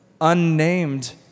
unnamed